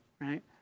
right